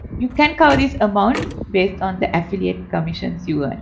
you can cover this amount based on the affiliate commissions you earn.